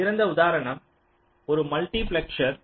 ஒறு சிறந்த உதாரணம் ஒரு மல்டிபிலியர்